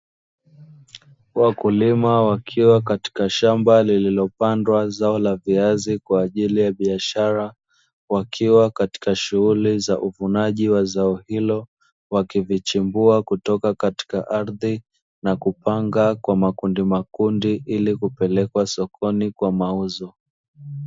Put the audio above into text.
Wakulima wakiwa katika shamba lililopandwa zao la viazi kwa ajili ya biashara, wakiwa katika shughuli za uvunaji wa zao hilo. Wakivichimbua kutoka katika ardhi na kupanga kwa makundimakundi ili kupelekwa sokoni kwa mauzo.